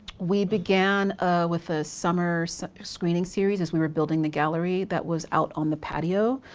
we began with a summer so screening series as we were building the gallery that was out on the patio,